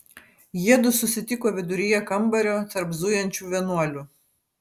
jiedu susitiko viduryje kambario tarp zujančių vienuolių